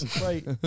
right